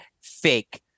fake